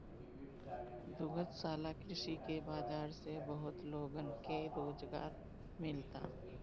दुग्धशाला कृषि के बाजार से बहुत लोगन के रोजगार मिलता